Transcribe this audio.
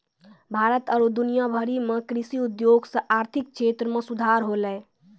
भारत आरु दुनिया भरि मे कृषि उद्योग से आर्थिक क्षेत्र मे सुधार होलै